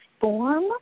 form